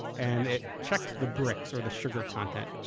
and it checks the brix, or the sugar content.